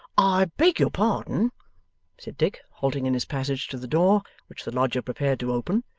i beg your pardon said dick, halting in his passage to the door, which the lodger prepared to open.